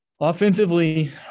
offensively